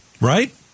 right